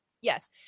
Yes